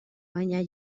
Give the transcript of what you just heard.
baina